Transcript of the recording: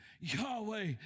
yahweh